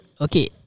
okay